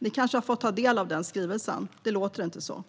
Ni kanske har fått ta del av den skrivelsen, men det låter inte så.